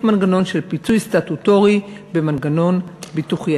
מנגנון של פיצוי סטטוטורי במנגנון ביטוחי.